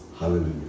Hallelujah